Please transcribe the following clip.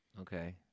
Okay